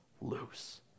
loose